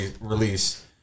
release